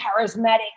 charismatic